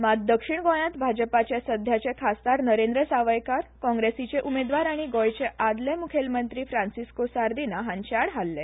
मात दक्षिण गोंयात भाजपाचे सध्याचे खासदार नरेंद्र सावयकार काँग्रेसीचे उमेदवार आनी गोंयचे आदले मुखेलमंत्री फ्रांन्सिस्को सार्दिना हांचे आड हारले